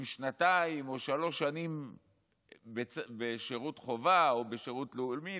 עם שנתיים או שלוש שנים בשירות חובה או בשירות לאומי,